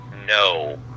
no